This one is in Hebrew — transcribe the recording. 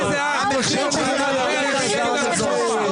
כאשר נקבע בחוק יסוד שכאשר אני מצביע